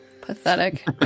Pathetic